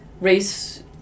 race